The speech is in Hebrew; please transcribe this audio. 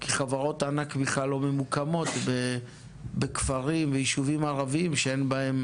כי חברות ענק בכלל לא ממוקמות בכפרים וביישובים ערביים שאין בהם